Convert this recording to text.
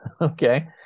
Okay